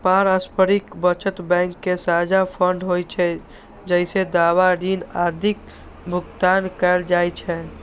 पारस्परिक बचत बैंक के साझा फंड होइ छै, जइसे दावा, ऋण आदिक भुगतान कैल जाइ छै